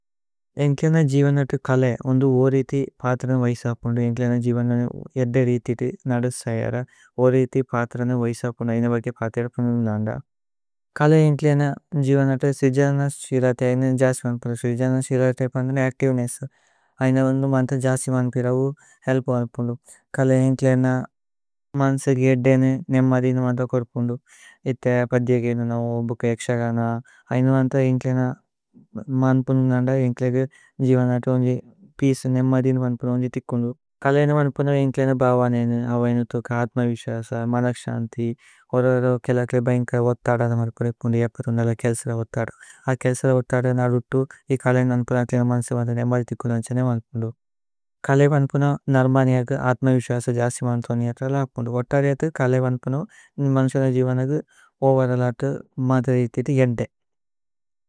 ഏന്ഗ്ലേന ജീവനതു കല ഉന്ദു ഓ രേഇഥി। പാതരന് വൈസ അപുന്ദു ഏന്ഗ്ലേന ജീവനതു। ഏദ്ദേ രേഇഥിതു നദു സൈര രേഇഥി പാതരന്। വൈസ അപുന്ദു ഐന ബഗി പാതിര് അപുന്ദു। നന്ദ കല ഏന്ഗ്ലേന ജീവനതു സ്രിജന। സ്രിലഥേ ഐന ജസി മന്പുന്ദു സ്രിജന। സ്രിലഥേ പന്ഗന അച്തിവേനേസ്സു ഐന വന്ദു। മന്ഥ ജസി മന്പിര ഉ ഹേല്പു മന്പുന്ദു। കല ഏന്ഗ്ലേന മന്സേകേ ഏദ്ദേനു നേമദിനു। മന്ഥ കോര്പുന്ദു ഇഥേ പധ്യേഗേനു നഓ ബുകേ। ശ ഗന ഐന വന്ഥ ഏന്ഗ്ലേന। അന്പുന്ദു നന്ദ ഏന്ഗ്ലേന ജീവനതു പിഏചേ। നേമദിനു മന്പുന്ദു ഉന്ദു തിക്കുന്ദു കല। ഏന്ഗ്ലേന മന്പുന്ദു ഏന്ഗ്ലേന ഭവനേനു അവൈനു। ഥുക്ക അത്മ വിസസ മനക്ശന്തി ഓരോ ഓരോ। കേല്ലകേലേ ബൈന്കല വത്ഥദ ന മന്പുന്ദു। യപ്പദുന്ദല കേല്സല വത്ഥദ അ കേല്സല। വത്ഥദ ന ദുത്തു ഇ കല ഏന്ഗ്ലേന മന്സേകേ। നേമദു തിക്കുന്ദു നന്ദു കല വന്പുന നര്മനിയ। കേ അത്മ വിസസ ജസി മന്ഛോനി യപ്പദുന്ദു। വോത്തരിയഥു കല വന്പുന മന്സേകേ। ജീവനകു ഓവരലതു മദരി ഇഥേ ഏദ്ദേ।